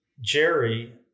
Jerry